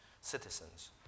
citizens